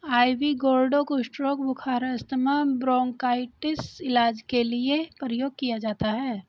ivy gourd कुष्ठ रोग, बुखार, अस्थमा, ब्रोंकाइटिस के इलाज के लिए प्रयोग किया जाता है